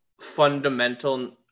fundamental